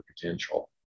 potential